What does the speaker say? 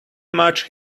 much